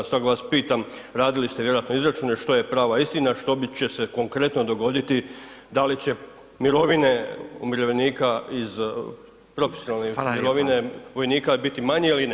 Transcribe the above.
Stoga vas pitam, radili ste vjerojatno izračune, što je prava istina, što će se konkretno dogoditi, da li će mirovine umirovljenika iz profesionalne mirovine [[Upadica Radin: Hvala lijepa.]] vojnika biti manji ili ne?